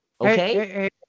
Okay